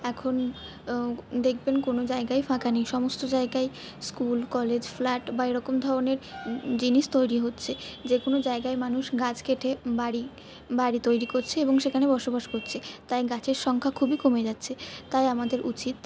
এখন দেখবেন কোনো জায়গাই ফাঁকা নেই সমস্ত জায়গাই স্কুল কলেজ ফ্ল্যাট বা এরকম ধরণের জিনিস তৈরি হচ্ছে যে কোনো জায়গায় মানুষ গাছ কেটে বাড়ি বাড়ি তৈরি করছে এবং সেখানে বসবাস করছে তাই গাছের সংখ্যা খুবই কমে যাচ্ছে তাই আমাদের উচিত